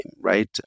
right